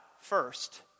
first